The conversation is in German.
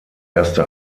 erste